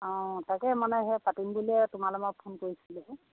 অঁ তাকে মানে সেয়া পাতিম বুলিয়ে তোমালৈ মই ফোন কৰিছিলোঁ